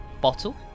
bottle